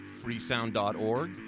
freesound.org